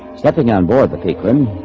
stepping on board the cake rim,